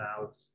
out